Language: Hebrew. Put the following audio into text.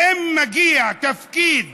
אם מגיע תפקיד